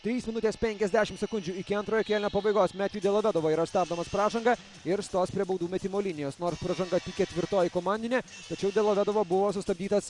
trys minutės penkiasdešim sekundžių iki antrojo kėlinio pabaigos metju delovedova yra stabdomas pražanga ir stos prie baudų metimo linijos nors pražanga tik ketvirtoji komandinė tačiau delovedova buvo sustabdytas